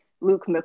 Luke